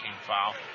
foul